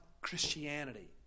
Christianity